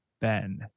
Ben